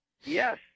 Yes